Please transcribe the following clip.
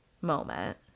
moment